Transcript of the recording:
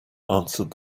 answered